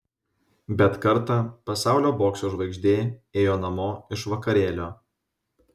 bet kartą pasaulio bokso žvaigždė ėjo namo iš vakarėlio